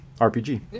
RPG